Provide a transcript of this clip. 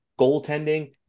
goaltending